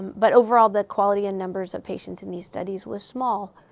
but overall, the quality and numbers of patients in these studies was small.